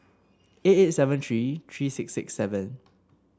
eight eight seven three three six six seven